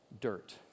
dirt